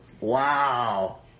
Wow